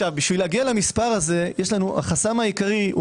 כדי להגיע למספר הזה החסם העיקרי הוא